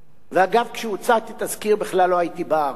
ואגב, כשהוצע כתזכיר בכלל לא הייתי בארץ.